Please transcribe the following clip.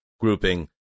grouping